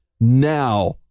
Now